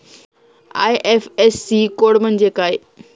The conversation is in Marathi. आय.एफ.एस.सी कोड म्हणजे काय?